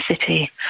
city